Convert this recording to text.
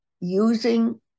using